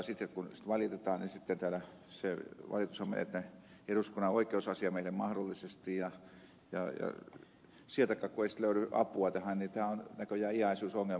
sitten kun valitetaan se valitushan menee eduskunnan oikeusasiamiehelle mahdollisesti ja sieltäkään kun ei löydy apua tähän niin tämä on näköjään iäisyysongelma